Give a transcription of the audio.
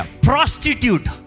prostitute